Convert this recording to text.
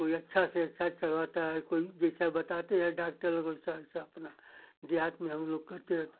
कोई अच्छा से अच्छा चढ़वाता है कोई जैसा बताते हैं डाक्टर लोग वैसा वैसा अपना देहात में हम लोग करते रहते हैं